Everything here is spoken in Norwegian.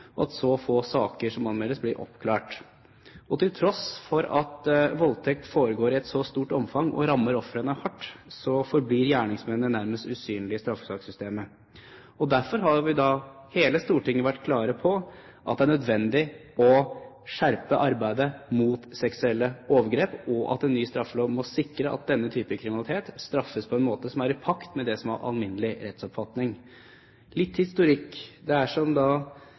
og at så få saker som anmeldes, blir oppklart. Til tross for at voldtekt foregår i et så stort omfang, og rammer ofrene hardt, forblir gjerningsmennene nærmest usynlige i straffesakssystemet. Derfor har hele Stortinget vært klar på at det er nødvendig å skjerpe arbeidet mot seksuelle overgrep, og at en ny straffelov må sikre at denne type kriminalitet straffes på en måte som er i pakt med den alminnelige rettsoppfatning. Litt historikk: Det er som